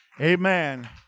Amen